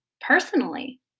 personally